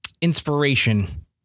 inspiration